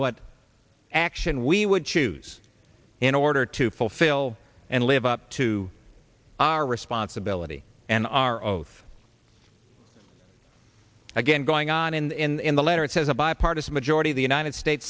what action we would choose in order to fulfill and live up to our responsibility and our oath again going on in the letter it says a bipartisan majority the united states